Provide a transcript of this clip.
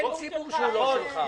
אין ציבור שהוא לא שלך.